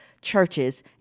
churches